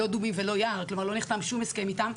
לא דובים ולא יער, לא נחתם איתם שום הסכם.